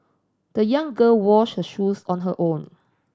the young girl washed her shoes on her own